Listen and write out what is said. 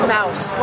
Mouse